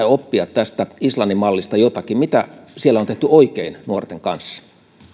oppia tästä islannin mallista jotakin mitä siellä on tehty oikein nuorten kanssa